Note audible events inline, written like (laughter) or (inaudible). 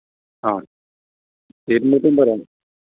ആ (unintelligible)